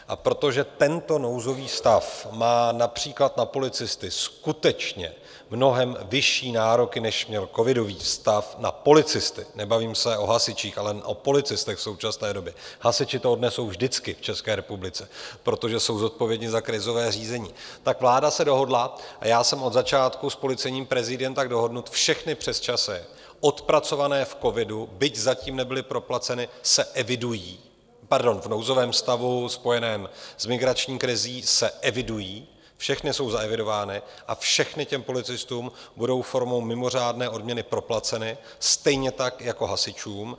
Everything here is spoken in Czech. A protože tento nouzový stav má například na policisty skutečně mnohem vyšší nároky, než měl covidový stav na policisty nebavím se o hasičích, ale o policistech v současné době, hasiči to odnesou vždycky v České republice, protože jsou zodpovědní za krizové řízení tak vláda se dohodla, a já jsem od začátku s Policejním prezidiem tak dohodnut, všechny přesčasy odpracované v covidu, byť zatím nebyly proplaceny, se evidují... pardon, v nouzovém stavu spojeném s migrační krizí se evidují, všechny jsou zaevidovány a všechny těm policistům budou formou mimořádné odměny proplaceny stejně tak jako hasičům.